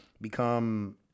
become